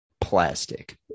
plastic